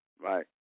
right